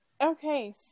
Okay